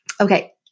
Okay